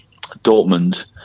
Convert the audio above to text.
Dortmund